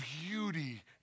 beauty